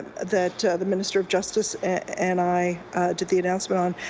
that the minister of justice and i did the announcement on,